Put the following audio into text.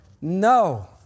No